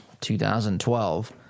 2012